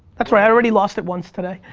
thought. i already lost it once today.